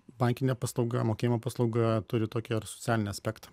bankinė paslauga mokėjimo paslauga turi tokį ir socialinį aspektą